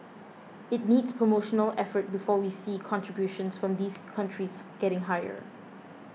it needs promotional effort before we see contributions from these countries getting higher